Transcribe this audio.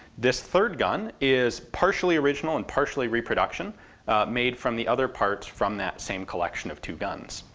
this third gun is partially original and partially reproduction made from the other parts from that same collection of two guns.